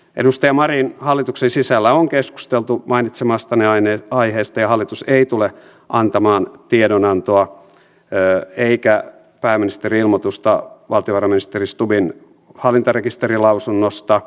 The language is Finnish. edustaja marin hallituksen sisällä on keskusteltu mainitsemastanne aiheesta ja hallitus ei tule antamaan tiedonantoa eikä pääministerin ilmoitusta valtiovarainministeri stubbin hallintarekisterilausunnosta